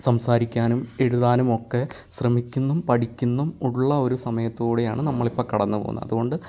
സംസാരിക്കാനും എഴുതാനും ഒക്കെ ശ്രമിക്കുന്നും പഠിക്കുന്നും ഉള്ള ഒരു സമയത്തിലൂടെയാണ് നമ്മളിപ്പം കടന്നു പോകുന്നത് അതുകൊണ്ട്